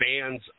fans